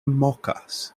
mokas